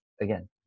again